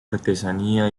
artesanía